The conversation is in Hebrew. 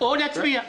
או להצביע.